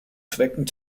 zwecken